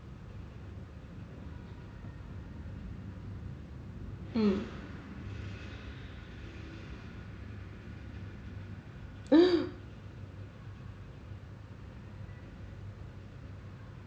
like 我去 check err I went to online I went to google it lah like some people say is like like 有鬼 all that like the supernatural stuff but the scientific thing is that you are too stress like your body is too stress